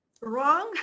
wrong